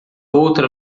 outra